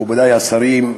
מכובדי השרים,